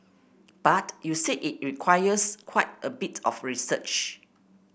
but you said it requires quite a bit of research